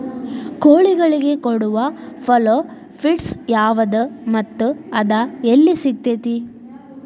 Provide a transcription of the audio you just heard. ಕೋಳಿಗಳಿಗೆ ಕೊಡುವ ಛಲೋ ಪಿಡ್ಸ್ ಯಾವದ ಮತ್ತ ಅದ ಎಲ್ಲಿ ಸಿಗತೇತಿ?